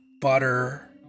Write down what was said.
butter